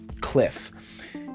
cliff